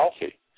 healthy